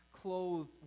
clothed